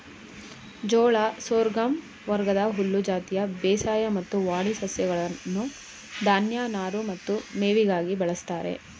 ಜೋಳ ಸೋರ್ಗಮ್ ವರ್ಗದ ಹುಲ್ಲು ಜಾತಿಯ ಬೇಸಾಯ ಮತ್ತು ವಾಣಿ ಸಸ್ಯಗಳನ್ನು ಧಾನ್ಯ ನಾರು ಮತ್ತು ಮೇವಿಗಾಗಿ ಬಳಸ್ತಾರೆ